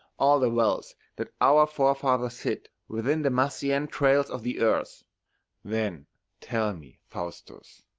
all the wealth that our forefathers hid within the massy entrails of the earth then tell me, faustus,